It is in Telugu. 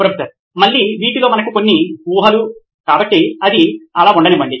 ప్రొఫెసర్ మళ్ళీ వీటిలో మనకు ఉన్న కొన్ని ఊహలు కాబట్టి అది అలా ఉండనివ్వండి